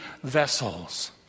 vessels